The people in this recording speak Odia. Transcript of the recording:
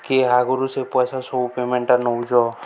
କି ଆଗରୁ ସେ ପଇସା ସବୁ ପେମେଣ୍ଟା ନଉଚ